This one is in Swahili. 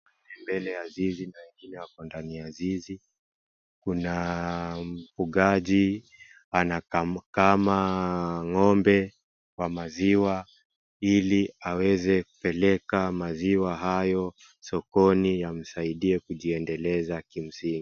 Mbele ya zizi, ng'ombe wako ndani ya zizi, kuna mfugaji anakama ng'ombe ya maziwa ili aweze kupeleka maziwa hayo sokoni yamsaidie kujiendeleza kimsingi.